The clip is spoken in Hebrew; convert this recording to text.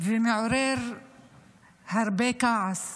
ומעורר הרבה כעס